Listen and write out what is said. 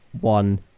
one